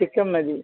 ചിക്കന് മതി